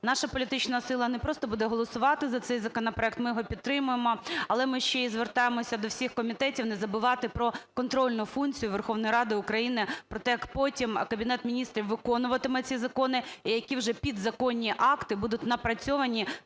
Наша політична сила не просто буде голосувати за цей законопроект, ми його підтримуємо, але ми ще звертаємося до всіх комітетів не забувати про контрольну функцію Верховної Ради України, про те, як потім Кабінет Міністрів виконуватиме ці закони і які вже підзаконні акти будуть напрацьовані